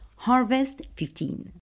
HARVEST15